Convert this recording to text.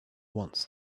wants